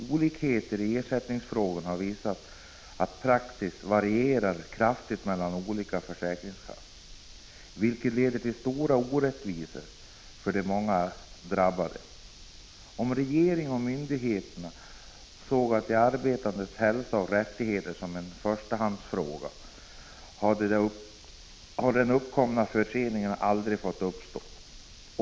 Oklarhet i ersättningsfrågor har visat att praxis varierar kraftigt mellan olika försäkringskassor, vilket leder till stora orättvisor för de många drabbade. Om regeringen och myndigheterna såg de arbetandes hälsa och rättigheter som en förstahandsfråga hade de uppkomna förseningarna aldrig fått uppstå.